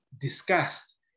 discussed